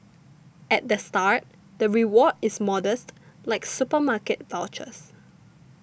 at the start the reward is modest like supermarket vouchers